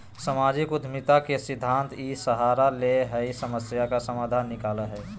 सामाजिक उद्यमिता के सिद्धान्त इ सहारा ले हइ समस्या का समाधान निकलैय हइ